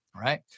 right